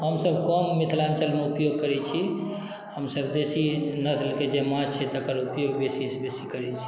हमसब कम मिथिलाञ्चलमे उपयोग करै छी हमसब देशी नस्लके जे माछ छै तकर उपयोग बेसीसँ बेसी करै छी